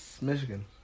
Michigan